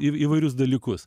įv įvairius dalykus